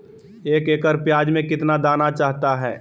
एक एकड़ प्याज में कितना दाना चाहता है?